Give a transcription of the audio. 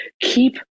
keep